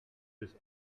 bis